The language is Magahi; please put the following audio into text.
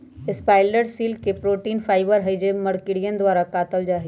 स्पाइडर सिल्क एक प्रोटीन फाइबर हई जो मकड़ियन द्वारा कातल जाहई